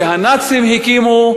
שהנאצים הקימו,